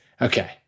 Okay